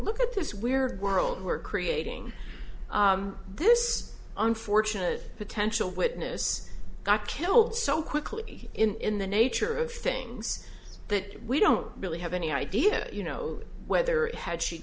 look at this weird world we're creating this unfortunate potential witness got killed so quickly in the nature of things that we don't really have any idea you know whether it had she